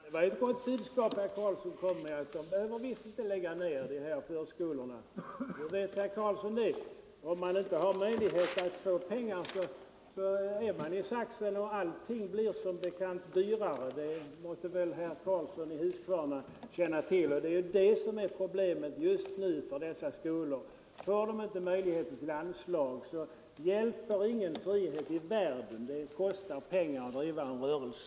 Fru talman! Det var ju ett gott budskap herr Karlsson i Huskvarna kom med, när han sade att man visst inte behöver lägga ner de här förskolorna. Men hur vet herr Karlsson det? Om man inte har möjlighet att få pengar, så är man i saxen, och allting blir som bekant dyrare, det måtte väl herr Karlsson i Huskvarna känna till. Det är ju detta som är problemet just nu för dessa skolor: Får de inte möjlighet till anslag så hjälper ingen företagsfrihet i världen. Det kostar pengar att driva en rörelse.